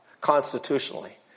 Constitutionally